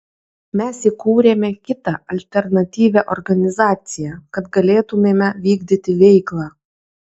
mes įkūrėme kitą alternatyvią organizaciją kad galėtumėme vykdyti veiklą